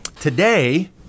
today